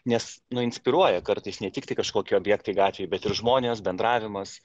nes nu inspiruoja kartais ne tiktai kažkokie objektai gatvėj bet ir žmonės bendravimas